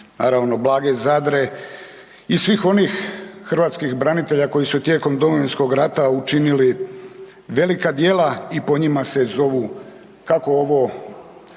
naravno Blage Zadre i svih onih hrvatskih branitelja koji su tijekom Domovinskog rata učinili velika djela i po njima se zovu kako ovo